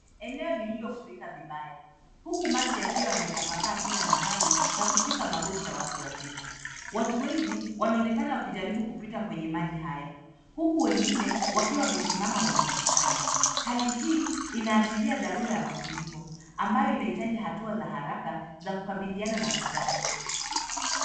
Eneo limefurika vibaya. Maji yameenea kila mahali na kufikia magoti ya watu wazima. Watu wengi wanajaribu kupita kwenye maji haya. Wengine, wakiwa wamesimama, wamejikusanya kwa pamoja. Hali hii inaashiria mafuriko makubwa. Eneo linahitaji hatua za haraka za kukabiliana na majanga.